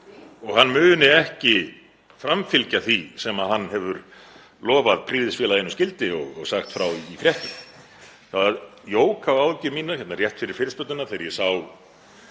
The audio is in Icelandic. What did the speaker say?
og hann muni ekki framfylgja því sem hann hefur lofað Prýðisfélaginu Skildi og sagt frá í fréttum. Það jók á áhyggjur mínar hérna rétt fyrir fyrirspurnirnar þegar ég sá